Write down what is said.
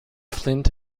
flint